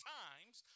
times